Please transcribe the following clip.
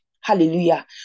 Hallelujah